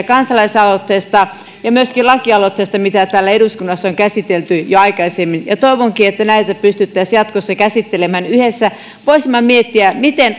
kansalaisaloitteesta ja myöskin lakialoitteista mitä täällä eduskunnassa on käsitelty jo aikaisemmin toivonkin että näitä pystyttäisiin jatkossa käsittelemään yhdessä voisimme miettiä miten